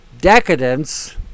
decadence